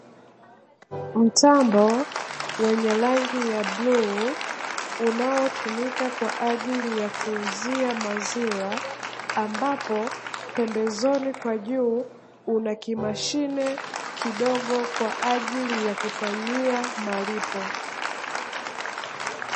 Mtambo wenye rangi ya bluu unaotumika kwa ajili ya kuuzia maziwa, ambapo pembezoni kwa juu una kimashine kidogo kwa ajili ya kufanyia malipo.